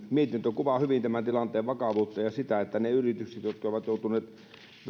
mietintö kuvaa hyvin tämän tilanteen vakavuutta ja sitä että ne yritykset jotka ovat joutuneet